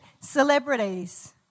celebrities